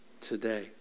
today